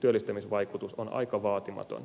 työllistämisvaikutus on aika vaatimaton